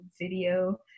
video